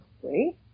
three